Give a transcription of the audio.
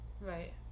right